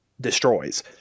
destroys